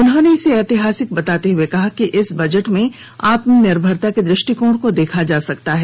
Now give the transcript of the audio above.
उन्होंने इसे ऐतिहासिक बताते हुए कहा कि इस बजट में आत्मनिर्भरता के दृष्टिकोण को देखा जा सकता है